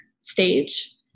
stage